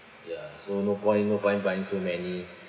ya so no point no point buying so many